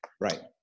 Right